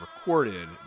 recorded